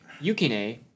Yukine